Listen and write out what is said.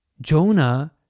Jonah